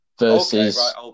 Versus